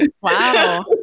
Wow